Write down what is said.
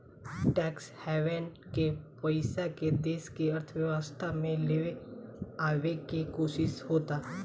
tax haven के पइसा के देश के अर्थव्यवस्था में ले आवे के कोशिस होता